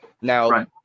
Now